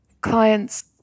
clients